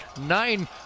nine